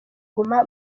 guma